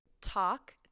Talk